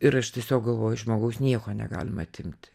ir aš tiesiog galvoju iš žmogaus nieko negalima atimti